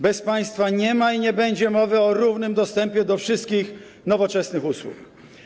Bez państwa nie ma i nie będzie mowy o równym dostępie do wszystkich nowoczesnych usług.